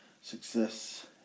success